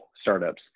startups